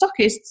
stockists